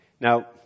Now